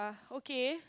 okay